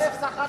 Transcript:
כמה שאתם סחטתם,